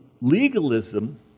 legalism